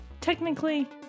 Technically